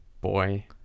boy